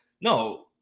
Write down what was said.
No